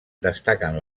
destaquen